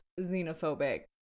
xenophobic